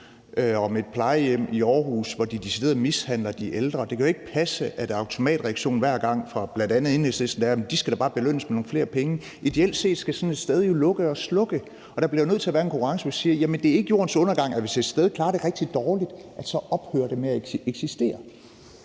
om et plejehjem i Aarhus, hvor de decideret mishandler de ændre, kan det jo ikke passe, at automatreaktionen fra bl.a. Enhedslisten hver gang er: De skal da bare belønnes med nogle flere penge. Ideelt set skal sådan et sted jo lukke og slukke, og der bliver jo nødt til at være en konkurrence, hvor man siger, at det ikke er jordens undergang, at et sted, som klarer det rigtig dårligt, ophører med at eksistere.